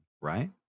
right